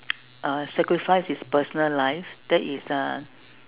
uh sacrifice his personal life that is uh